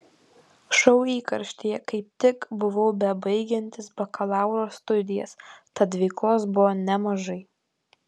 šou įkarštyje kaip tik buvau bebaigiantis bakalauro studijas tad veiklos buvo nemažai